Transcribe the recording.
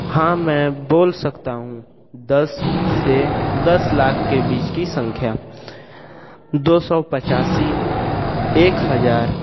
हाँ मैं बोल सकता हूँ दस से दस लाख के बीच की संख्या दो सौ पचासी एक हज़ार